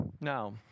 Now